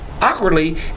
awkwardly